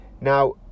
Now